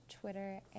twitter